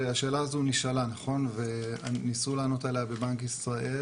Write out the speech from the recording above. הרי השאלה הזאת נשאלה נכון וניסו לענות עליה בבנק ישראל